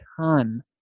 ton